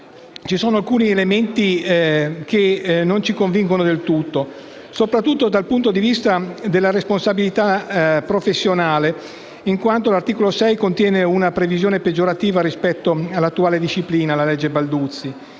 alcuni punti non ci convincono del tutto, soprattutto dal punto di vista della responsabilità professionale, in quanto l'articolo 6 contiene una previsione peggiorativa rispetto alla disciplina attuale (legge Balduzzi).